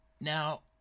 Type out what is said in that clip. Now